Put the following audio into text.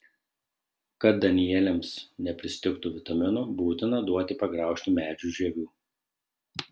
kad danieliams nepristigtų vitaminų būtina duoti pagraužti medžių žievių